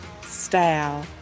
style